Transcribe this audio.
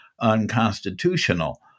unconstitutional